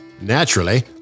Naturally